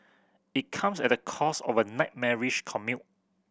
it comes at the cost of a nightmarish commute